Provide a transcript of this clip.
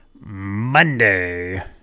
Monday